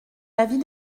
l’avis